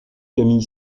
camille